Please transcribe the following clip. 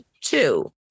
two